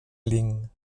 lin